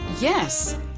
Yes